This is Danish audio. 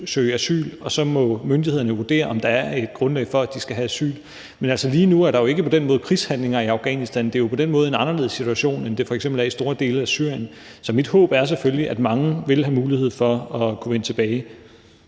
søge om asyl, og så må myndighederne vurdere, om der er et grundlag for, at de skal have asyl. Men lige nu er der jo ikke på den måde krigshandlinger i Afghanistan. Det er jo på den måde en anderledes situation, end det f.eks. er i store dele af Syrien. Så mit håb er selvfølgelig, at mange vil have mulighed for at kunne vende tilbage.